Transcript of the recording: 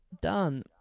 done